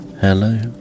Hello